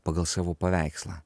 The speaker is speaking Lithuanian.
pagal savo paveikslą